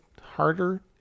harder